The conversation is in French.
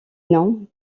non